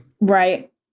Right